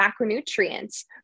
macronutrients